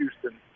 Houston